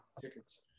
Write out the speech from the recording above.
tickets